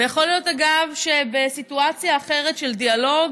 ויכול להיות, אגב, שבסיטואציה אחרת, של דיאלוג,